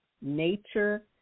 nature